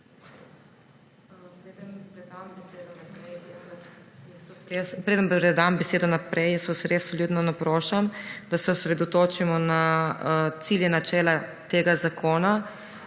Predem dam besedo naprej, vas res vljudno naprošam, da se osredotočimo na cilje, načela tega zakona.